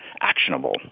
actionable